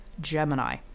Gemini